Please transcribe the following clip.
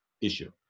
issue